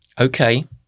okay